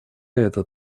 этот